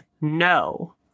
no